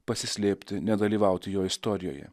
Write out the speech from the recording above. pasislėpti nedalyvauti jo istorijoje